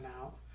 out